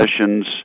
sessions